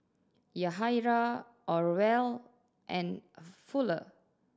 Yahaira Orval and Fuller